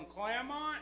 Claremont